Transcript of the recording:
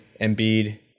Embiid